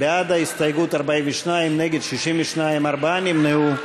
בעד ההסתייגות, 42, נגד, 62, ארבעה נמנעו.